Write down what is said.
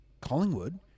Collingwood